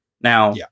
now